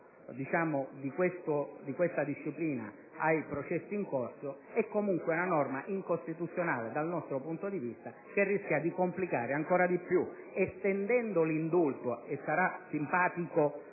l'impatto della disciplina ai processi in corso, è comunque una norma incostituzionale, dal nostro punto di vista, che rischia di creare ancora più complicazioni estendendo l'indulto. Sarà simpatico